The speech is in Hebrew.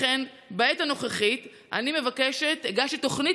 לכן בעת הנוכחית אני מבקשת: הגשתי תוכנית